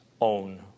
own